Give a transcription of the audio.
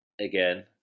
again